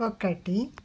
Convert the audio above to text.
ఒకటి